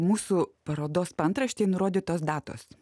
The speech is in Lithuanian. mūsų parodos paantraštėj nurodytos datos